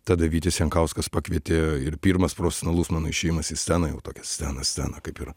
tada vytis jankauskas pakvietė ir pirmas profesionalus mano išėjimas į sceną jau tokią sceną sceną kaip ir